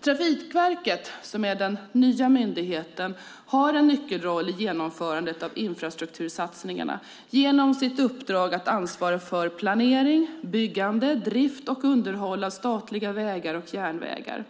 Trafikverket, den nya myndigheten, har en nyckelroll i genomförandet av infrastruktursatsningarna genom sitt uppdrag att ansvara för planering, byggande, drift och underhåll av statliga vägar och järnvägar.